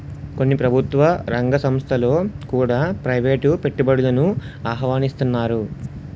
కొన్ని ప్రభుత్వ రంగ సంస్థలలో కూడా ప్రైవేటు పెట్టుబడులను ఆహ్వానిస్తన్నారు